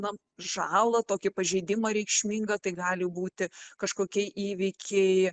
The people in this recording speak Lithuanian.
na žalą tokį pažeidimą reikšmingą tai gali būti kažkokie įvykiai